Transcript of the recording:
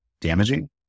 damaging